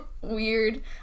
weird